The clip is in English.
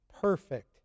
Perfect